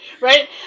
right